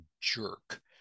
jerk